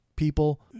people